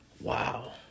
wow